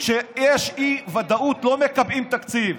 כשיש אי-ודאות לא מקבעים תקציב.